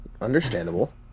understandable